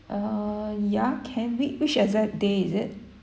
uh ya can whi~ which exact day is it